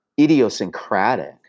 idiosyncratic